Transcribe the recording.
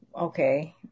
Okay